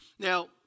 Now